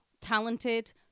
talented